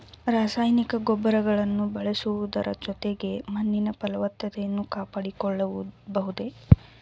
ರಾಸಾಯನಿಕ ಗೊಬ್ಬರಗಳನ್ನು ಬಳಸುವುದರ ಜೊತೆಗೆ ಮಣ್ಣಿನ ಫಲವತ್ತತೆಯನ್ನು ಕಾಪಾಡಿಕೊಳ್ಳಬಹುದೇ?